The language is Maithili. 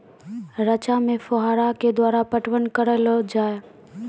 रचा मे फोहारा के द्वारा पटवन करऽ लो जाय?